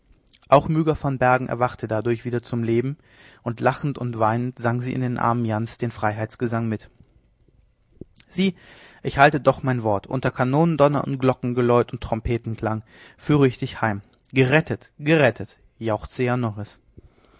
auch myga van bergen erwachte dadurch wieder zum leben und lachend und weinend sang sie in den armen jans den freiheitsgesang mit sieh ich halte doch wort unter kanonendonner und glockengeläut und trompetenklang führ ich dich heim gerettet gerettet jauchzte